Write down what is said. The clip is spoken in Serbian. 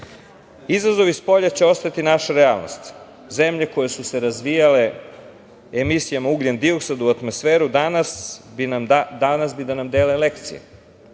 Srbiji. Izazovi spolja će ostati naša realnost. Zemlje koje su se razvijale emisijama ugljen dioksida u atmosferu danas bi da nam dele lekcije,